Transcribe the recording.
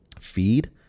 feed